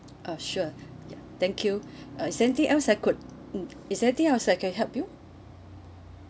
uh sure ya thank you uh is anything else I could mmhmm is anything else I can help you